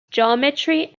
geometry